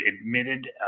admitted